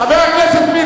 חבר הכנסת מילר,